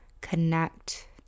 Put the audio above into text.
connect